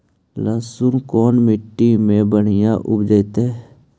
लहसुन कोन मट्टी मे बढ़िया उपजतै?